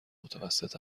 متوسط